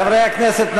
חברי הכנסת,